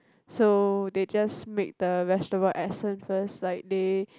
so they just make the vegetable essence first like they